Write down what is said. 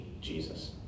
Jesus